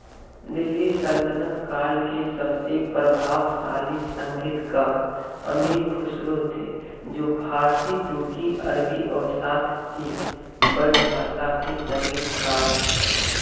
दिल्ली सल्तनत काल के सबसे प्रभावशाली संगीतकार अमीर खुसरो थे जो फारसी तुर्की अरबी और साथ ही ब्रज भाषा के संगीतकार थे